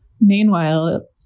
Meanwhile